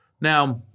Now